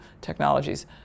technologies